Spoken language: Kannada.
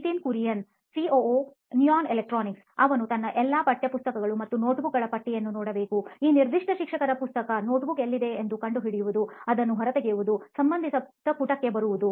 ನಿತಿನ್ ಕುರಿಯನ್ ಸಿಒಒ ನೋಯಿನ್ ಎಲೆಕ್ಟ್ರಾನಿಕ್ಸ್ ಅವನು ತನ್ನ ಎಲ್ಲಾ ಪಠ್ಯಪುಸ್ತಕಗಳು ಮತ್ತು ನೋಟ್ಬುಕ್ಗಳ ಪಟ್ಟಿಯನ್ನು ನೋಡಬೇಕುಈ ನಿರ್ದಿಷ್ಟ ಶಿಕ್ಷಕರ ಪುಸ್ತಕ ನೋಟ್ಬುಕ್ ಎಲ್ಲಿದೆ ಎಂದು ಕಂಡುಹಿಡಿಯುವುದು ಅದನ್ನು ಹೊರತೆಗೆಯುವುದು ಸಂಬಂಧಿತ ಪುಟಕ್ಕೆ ಬರುವುದು